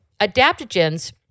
adaptogens